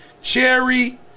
Cherry